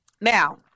Now